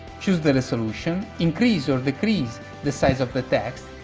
choose the resolution, increase or decrease the size of the text,